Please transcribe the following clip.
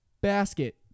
basket